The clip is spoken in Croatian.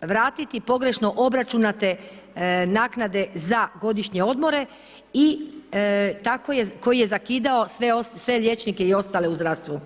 vratiti, pogrešno obračunate naknade za godišnje odmore i tako je, koji je zakidao sve liječnike i ostale u zdravstvu.